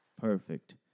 Perfect